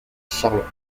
charlotte